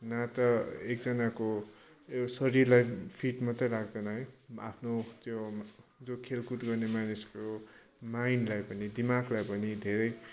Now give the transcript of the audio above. न त एकजनाको शरिरलाई फिट मात्र राख्दैन है आफ्नो त्यो जो खेलकुद गर्ने मानिसको माइन्डलाई पनि दिमागलाई पनि धेरै